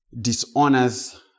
dishonors